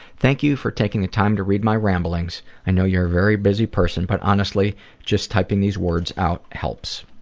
thank you for taking the time to read my ramblings. i know you're a very busy person but honestly just typing these words out helps.